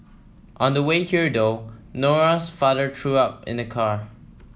on the way here though Nora's father threw up in the car